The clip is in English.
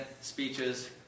speeches